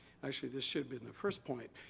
actually, this should be in the first point.